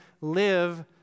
live